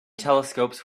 telescopes